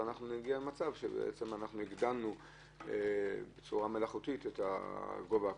ונגיע למצב שהגדלנו בצורה מלאכותית את גובה הקנס.